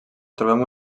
trobem